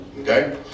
Okay